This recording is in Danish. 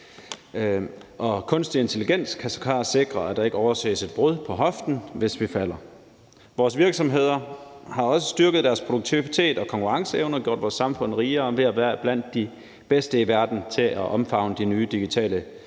Kunstig intelligens kan sågar sikre, at der ikke overses et brud på hoften, hvis vi falder. Vores virksomheder har også styrket deres produktivitet og konkurrenceevne og gjort vores samfund rigere ved at være blandt de bedste i verden til at omfavne de nye digitale